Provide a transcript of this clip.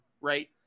right